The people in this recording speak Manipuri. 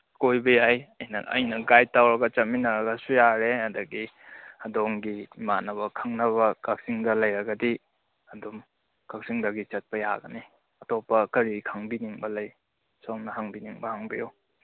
ꯀꯣꯏꯕ ꯌꯥꯏ ꯑꯩꯅ ꯒꯥꯏꯠ ꯇꯧꯔꯒ ꯆꯠꯃꯤꯟꯅꯔꯁꯨ ꯌꯥꯔꯦ ꯑꯗꯒꯤ ꯑꯗꯣꯝꯒꯤ ꯏꯃꯥꯟꯅꯕ ꯈꯪꯅꯕ ꯀꯛꯆꯤꯡꯗ ꯂꯩꯔꯒꯗꯤ ꯑꯗꯨꯝ ꯀꯛꯆꯤꯡꯗꯒꯤ ꯆꯠꯄ ꯌꯥꯒꯅꯤ ꯑꯇꯣꯞꯄ ꯀꯔꯤ ꯈꯪꯕꯤꯅꯤꯡꯕ ꯂꯩ ꯁꯣꯝꯅ ꯍꯪꯕꯤꯅꯤꯡꯕ ꯍꯪꯕꯤꯌꯨ